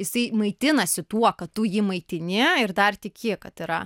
jisai maitinasi tuo kad tu jį maitini ir dar tiki kad yra